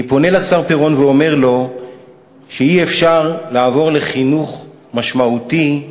אני פונה לשר פירון ואומר לו שאי-אפשר לעבור לחינוך משמעותי בלי,